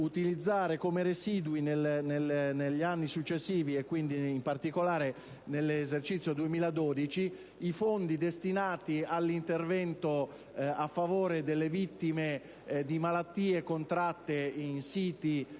come residui negli anni successivi, e in particolare nell'esercizio 2012, i fondi destinati all'intervento a favore delle vittime di malattie contratte nelle